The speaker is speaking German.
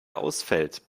ausfällt